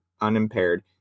unimpaired